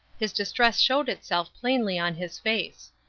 his distress showed itself plainly on his face.